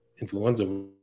influenza